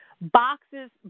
boxes